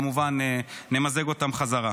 אנחנו נמזג אותם בחזרה,